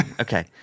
Okay